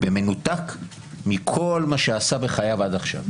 זה במנותק מכל מה שעשה בחייו עד עכשיו.